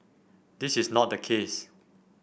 this is not the case